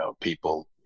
people